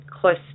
close